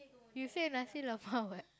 you say nasi-lemak [what]